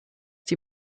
die